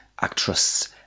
Actress